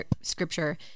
scripture